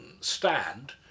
stand